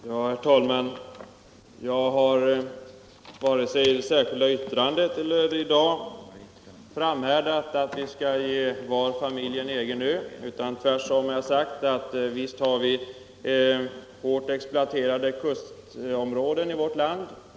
Herr talman! Jag har inte, vare sig i det särskilda yttrandet eller i debatten i dag, framhärdat i något krav på att vi skulle ge varje familj en egen ö. Tvärtom har jag hållit med om att vi har hårt exploaterade kustområden i vårt land.